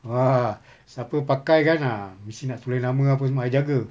siapa pakai kan ah mesti nak tulis nama apa semua I jaga